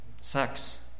sex